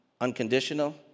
unconditional